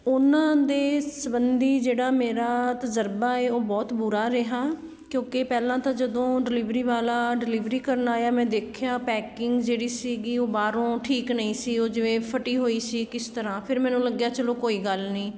ਉਨ੍ਹਾਂ ਦੇ ਸੰਬੰਧੀ ਜਿਹੜਾ ਮੇਰਾ ਤਜ਼ਰਬਾ ਹੈ ਉਹ ਬਹੁਤ ਬੁਰਾ ਰਿਹਾ ਕਿਉਂਕਿ ਪਹਿਲਾਂ ਤਾਂ ਜਦੋਂ ਡਿਲੀਵਰੀ ਵਾਲਾ ਡਿਲੀਵਰੀ ਕਰਨ ਆਇਆ ਮੈਂ ਦੇਖਿਆ ਪੈਕਿੰਗ ਜਿਹੜੀ ਸੀਗੀ ਉਹ ਬਾਹਰੋਂ ਠੀਕ ਨਹੀਂ ਸੀ ਉਹ ਜਿਵੇਂ ਫਟੀ ਹੋਈ ਸੀ ਕਿਸ ਤਰ੍ਹਾਂ ਫਿਰ ਮੈਨੂੰ ਲੱਗਿਆ ਚਲੋ ਕੋਈ ਗੱਲ ਨਹੀਂ